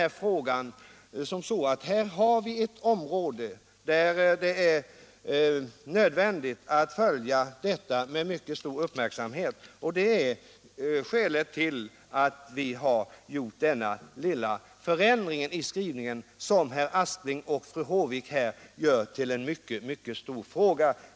Jag vill också säga att regeringen bedömer denna fråga så, att det är nödvändigt att följa utvecklingen på området med mycket stor uppmärksamhet. Det är skälet till denna lilla förändring i skrivningen som herr Aspling och fru Håvik gör till en mycket stor fråga.